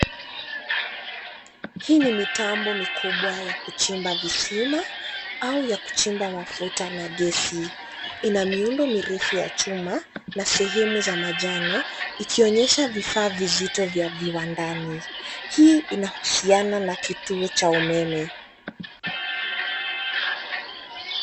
Hii ni mitambo mikubwa ya kuchimba visima au ya kuchimba mafuta na gesi. Ina miundo mirefu ya chuma na sehemu za manjano ikionyesha vifaa vizito vya viwandani. Hii inahusiana na kituo cha umeme.